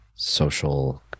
social